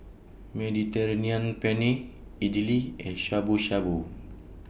Mediterranean Penne Idili and Shabu Shabu